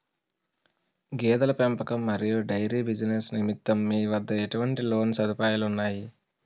గేదెల పెంపకం మరియు డైరీ బిజినెస్ నిమిత్తం మీ వద్ద ఎటువంటి లోన్ సదుపాయాలు ఉన్నాయి?